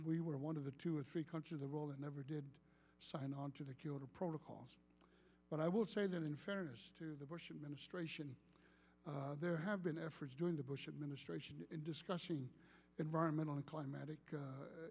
we were one of the two or three countries of all that never did sign on to the kyoto protocol but i will say that in fairness to the bush administration there have been efforts during the bush administration in discussing environmental and climatic